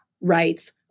rights